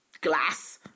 glass